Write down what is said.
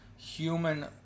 human